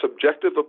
subjective